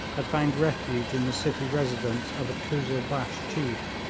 had found refuge in the city residence of a kuzzilbash chief.